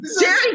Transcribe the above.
Jerry